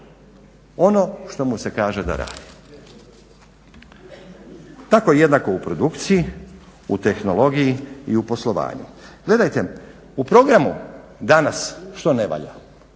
ono što mu se kaže da radi. Tako je jednako u produkciji, u tehnologiji i u poslovanju. Gledajte, u programu danas što ne valja?